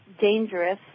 dangerous